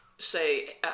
say